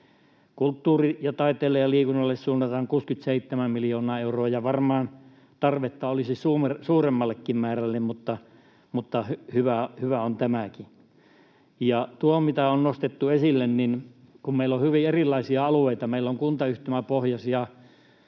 Kulttuurille ja taiteelle ja liikunnalle suunnataan 67 miljoonaa euroa — varmaan tarvetta olisi suuremmallekin määrälle, mutta hyvä on tämäkin. Niin kuin on nostettu esille, meillä on hyvin erilaisia alueita: Meillä on kuntayhtymäpohjaisia